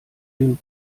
den